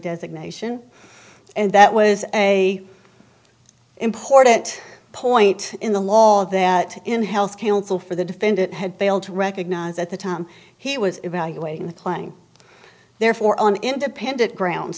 designation and that was a important point in the law that in health counsel for the defendant had failed to recognize at the time he was evaluating the playing therefore an independent ground